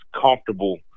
comfortable